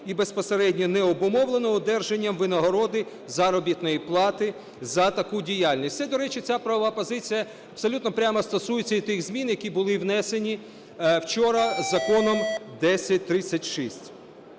і безпосередньо не обумовлено одержанням винагороди заробітної плати за таку діяльність. Це, до речі, ця правова позиція абсолютно прямо стосується і тих змін, які були внесені вчора Законом 1036.